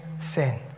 sin